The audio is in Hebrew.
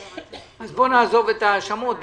אז בוא נעזוב את ההאשמות,